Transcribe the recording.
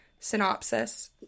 synopsis